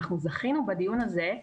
אנחנו זכינו בדיון הזה,